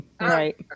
right